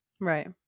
right